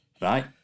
right